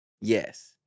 yes